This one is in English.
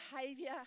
behavior